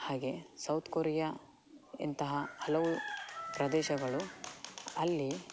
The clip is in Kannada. ಹಾಗೇ ಸೌತ್ ಕೊರಿಯ ಇಂತಹ ಹಲವು ಪ್ರದೇಶಗಳು ಅಲ್ಲಿ